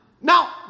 Now